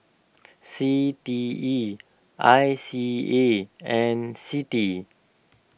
C T E I C A and Citi